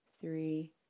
three